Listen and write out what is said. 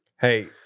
hey